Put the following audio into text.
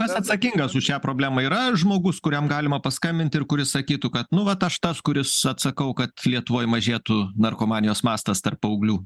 kas atsakingas už šią problemą yra žmogus kuriam galima paskambinti ir kuris sakytų kad nu vat aš tas kuris atsakau kad lietuvoj mažėtų narkomanijos mastas tarp paauglių